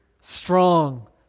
strong